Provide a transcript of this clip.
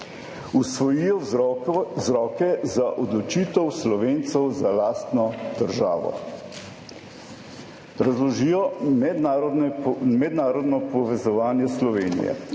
Usvojijo vzroke za odločitev Slovencev za lastno državo. Razložijo mednarodno povezovanje Slovenije.